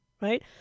right